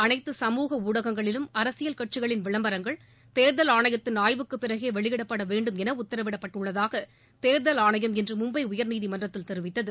அனைத்து சமூக ஊடகங்களிலும் அரசியல் கட்சிகளின் விளம்பரங்கள் தேர்தல் ஆணையத்தின் ஆய்வுக்குப் பிறகே வெளியிடப்பட வேண்டும் என உத்தரவிடப்பட்டுள்ளதாக தேர்தல் ஆணையம் இன்று மும்பை உயர்நீதிமன்றத்தில் தெரிவித்தது